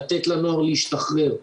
לתת לנוער להשתחרר,